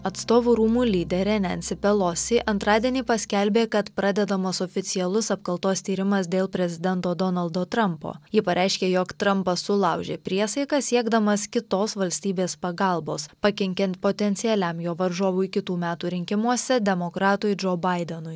atstovų rūmų lyderė nensi pelosi antradienį paskelbė kad pradedamas oficialus apkaltos tyrimas dėl prezidento donaldo trampo ji pareiškė jog trampas sulaužė priesaiką siekdamas kitos valstybės pagalbos pakenkiant potencialiam jo varžovui kitų metų rinkimuose demokratui džo baidenui